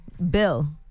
Bill